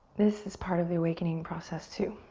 this is part of the awakening process too.